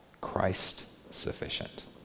Christ-sufficient